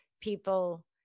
people